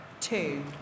Two